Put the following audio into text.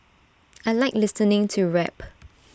I Like listening to rap